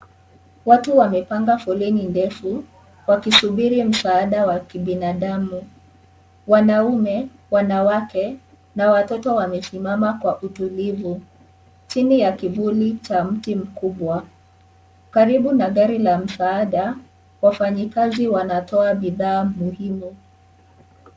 Watu wamepanga foleni ndefu wakisubiri msaada wa kibinadamu wanaume, wanawake na watoto wamesimama kwa utulivu chini ya kivuli cha mti mkubwa karibu na gari la msaada wafanyikazi wanatoa bidhaa muhimu.